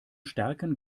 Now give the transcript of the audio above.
stärken